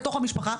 המשפחה.